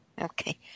Okay